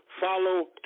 follow